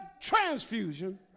transfusion